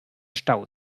stau